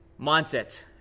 Mindset